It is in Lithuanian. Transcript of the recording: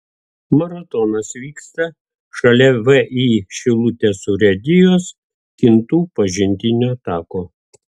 maratonas vyksta šalia vį šilutės urėdijos kintų pažintinio tako